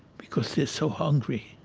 because they are so hungry.